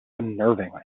unnervingly